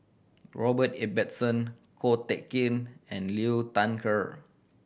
Robert Ibbetson Ko Teck Kin and Liu Thai Ker